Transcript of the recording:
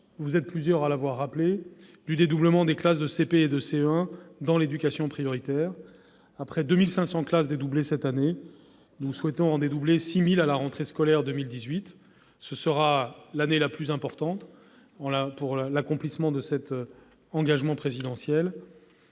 Vous êtes plusieurs à l'avoir rappelé : c'est le sens du dédoublement des classes de CP et de CE1 dans les zones d'éducation prioritaire. Après 2 500 classes dédoublées cette année, nous souhaitons en dédoubler 6 000 autres au cours de la rentrée scolaire 2018. Ce sera l'année la plus importante pour l'accomplissement de cet engagement présidentiel.